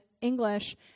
English